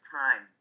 time